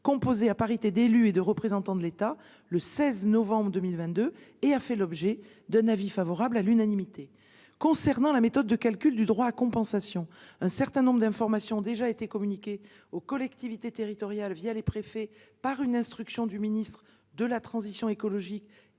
composée à parité d'élus et de représentants de l'État, et a fait l'objet d'un avis favorable à l'unanimité. Concernant la méthode de calcul du droit à compensation, un certain nombre d'informations ont déjà été communiquées, les préfets, aux collectivités territoriales dès le mois de juillet 2022, par une instruction du ministre de la transition écologique et de la cohésion des territoires.